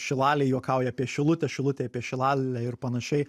šilalėj juokauja apie šilutę šilutėj apie šilalę ir panašiai